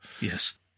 Yes